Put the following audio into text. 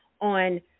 on